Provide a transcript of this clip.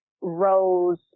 rose